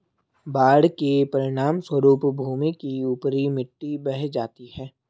बाढ़ के परिणामस्वरूप भूमि की ऊपरी मिट्टी बह जाती है